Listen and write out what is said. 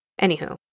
Anywho